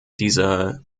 dieser